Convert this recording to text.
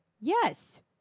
Yes